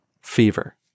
Fever